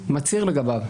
מצהיר לגביו.